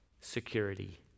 security